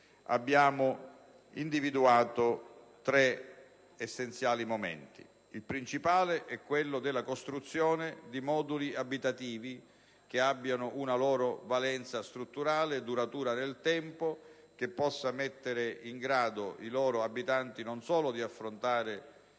abbiamo individuato tre essenziali momenti. Il principale è quello della costruzione di moduli abitativi che abbiano una loro valenza strutturale, duratura nel tempo, in modo da mettere in grado i loro abitanti non solo di affrontare